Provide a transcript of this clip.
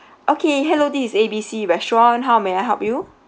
okay hello this is A B C restaurant how may I help you